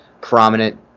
prominent